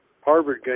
Harvard